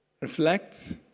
Reflect